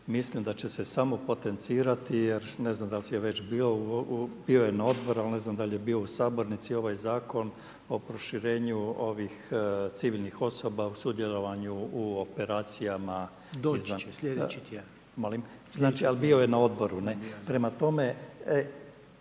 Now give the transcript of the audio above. mislim da će se samo potencirati jer ne znam da li je već bio, bilo je na odboru, ali ne znam da li je bio u Sabornici ovaj zakon o proširenju ovih civilnih osoba o sudjelovanju u operacijama …/Upadica Reiner: Doći će sljedeći tjedan./… molim? Ali bio je na odboru ne, prema tome.